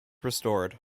restored